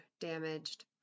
damaged